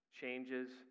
changes